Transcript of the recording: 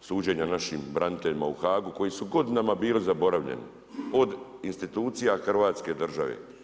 suđenja našim braniteljima u Haagu koji su godinama bili zaboravljeni od institucija Hrvatske države.